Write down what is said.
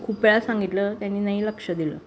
खूप वेळा सांगितलं त्यांनी नाही लक्ष दिलं